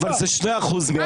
אבל זה 2% מהשוק,